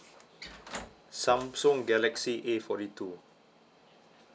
samsung galaxy A forty two